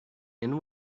and